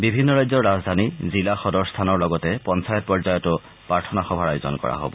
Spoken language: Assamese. বিভিন্ন ৰাজ্যৰ ৰাজধানী জিলা সদৰ স্থানৰ লগতে পঞ্চায়ত পৰ্যায়তো প্ৰাৰ্থনা সভাৰ আয়োজন কৰা হব